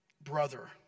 brother